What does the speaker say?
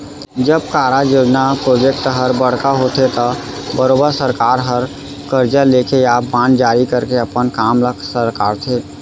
जब कारज, योजना प्रोजेक्ट हर बड़का होथे त बरोबर सरकार हर करजा लेके या बांड जारी करके अपन काम ल सरकाथे